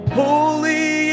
holy